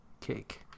cake